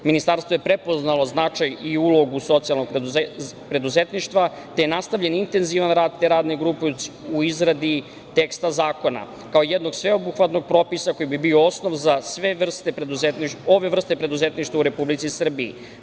Ministarstvo je prepoznalo značaj i ulogu socijalnog preduzetništva, te je nastavljen intenzivan rad te Radne grupe u izradi teksta zakona, kao jednog sveobuhvatnog propisa koji bi bio osnov za sve ove vrste preduzetništva u Republici Srbiji.